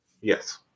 Yes